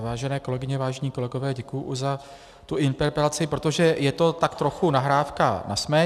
Vážené kolegyně, vážení kolegové, děkuji za tu interpelaci, protože je to tak trochu nahrávka na smeč.